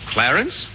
Clarence